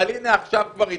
אבל הנה, עכשיו כבר התחלנו,